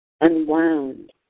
unwound